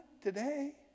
today